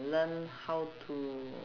learn how to